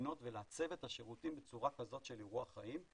לבנות ולעצב את השירותים בצורה כזאת של אירועי חיים,